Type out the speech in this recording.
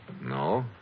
No